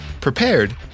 prepared